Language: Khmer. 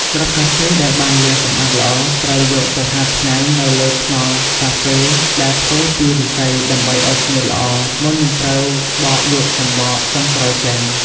គ្រាប់កាហ្វេដែលបានលាងសម្អាតល្អ ត្រូវយកទៅហាលថ្ងៃនៅលើថ្នល់កាហ្វេ ដែលធ្វើពីឫស្សី ដើម្បីឲ្យស្ងួតល្អ មុននឹងត្រូវបកយកសំបកចុងក្រោយចេញ។